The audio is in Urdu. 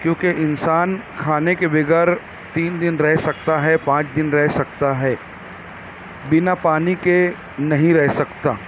کیونکہ انسان کھانے کے بغیر تین دن رہ سکتا ہے پانچ دن رہ سکتا ہے بنا پانی کے نہیں رہ سکتا